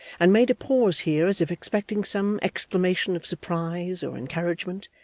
and made a pause here as if expecting some exclamation of surprise or encouragement,